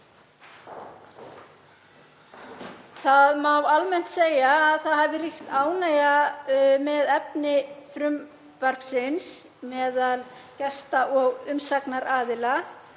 Það má almennt segja að ríkt hafi ánægja með efni frumvarpsins meðal gesta og umsagnaraðila